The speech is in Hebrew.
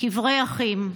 קברי אחים.